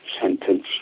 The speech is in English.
sentence